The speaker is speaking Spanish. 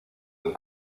del